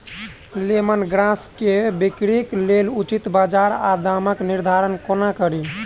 Lemon grass केँ बिक्रीक लेल उचित बजार आ दामक निर्धारण कोना कड़ी?